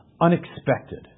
unexpected